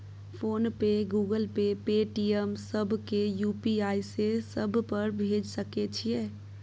Phone पे, Google Pay, Paytm, सब के UPI से सब पर भेज सके छीयै?